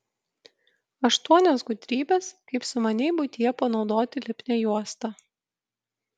aštuonios gudrybės kaip sumaniai buityje panaudoti lipnią juostą